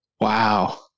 Wow